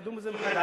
תדון על זה מחדש,